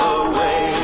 away